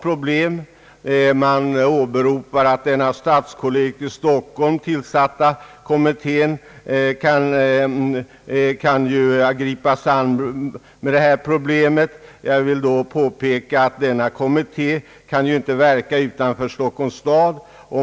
Utskottet åberopar att den av stadskollegiet i Stockholm tillsatta kommittén kan ta hand om frågan, men denna kommitté kan ju inte verka utanför Stockholms stad.